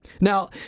Now